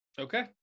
Okay